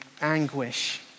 anguish